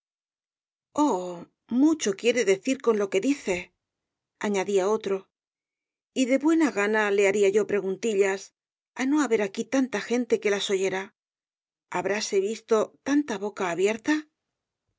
mucho quiere decir con lo que dice añadía otro y de buena gana le haría yo preguntillas á no haber aquí tanta gente que las oyera iíabráse visto tanta boca abierta